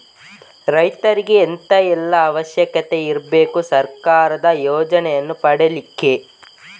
ರೈತರಿಗೆ ಎಂತ ಎಲ್ಲಾ ಅವಶ್ಯಕತೆ ಇರ್ಬೇಕು ಸರ್ಕಾರದ ಯೋಜನೆಯನ್ನು ಪಡೆಲಿಕ್ಕೆ?